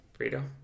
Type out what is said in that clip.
Frito